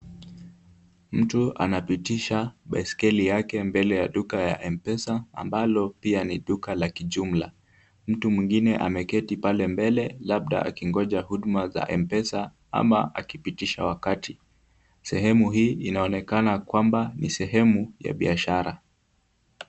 Mtu anapitisha baiskeli yake mbele ya duka ya M-pesa ambalo pia ni duka la kijumla . Mtu mwingine ameketi pale mbele labda akingonja huduma za M-pesa ama akipitisha wakati . Sehemu hii inaonekana kwamba ni sehemu ya biashara.